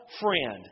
friend